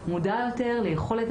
כמובן, עם תמיכה